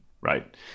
right